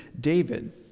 David